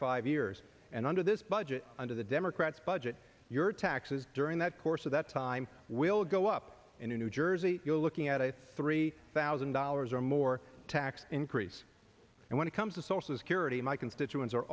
five years and under this budget under the democrats budget your taxes during that course of that time will go up in new jersey you're looking at a three thousand dollars or more tax increase and when it comes to social security my constituents are